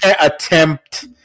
attempt